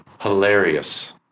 hilarious